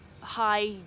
high